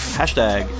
hashtag